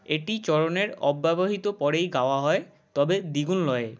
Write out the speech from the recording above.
এটি চরণের অব্যবহিত পরেই গাওয়া হয় তবে দ্বিগুণ লয়ে